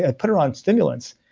and put her on stimulants,